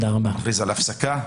אני מכריז על הפסקה.